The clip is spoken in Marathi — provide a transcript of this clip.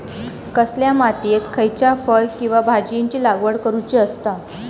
कसल्या मातीयेत खयच्या फळ किंवा भाजीयेंची लागवड करुची असता?